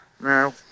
No